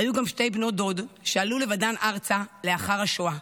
היו גם שתי בנות דוד שעלו לבדן ארצה לאחר השואה.